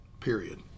period